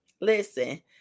Listen